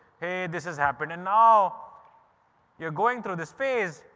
hey, this has happened and now you're going through this phase.